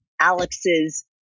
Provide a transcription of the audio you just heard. Alex's